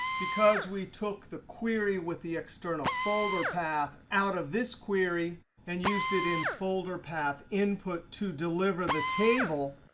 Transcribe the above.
because we took the query with the external folder path out of this query and used it in folder path input to deliver the table,